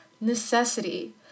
necessity